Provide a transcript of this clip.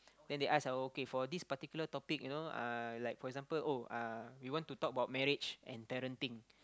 then they ask like okay for this particular topic you know uh like for example oh uh we want to talk about marriage and parenting